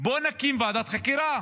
בואו נקים ועדת חקירה.